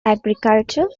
agriculture